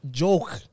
joke